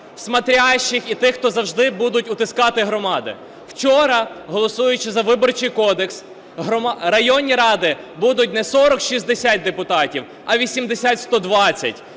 "смотрящих" і тих, хто завжди будуть утискати громади. Вчора, голосуючи за Виборчий кодекс, районні ради будуть не 40-60 депутатів, а 80-120.